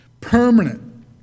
permanent